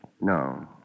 No